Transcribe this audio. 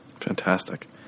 Fantastic